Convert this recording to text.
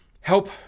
help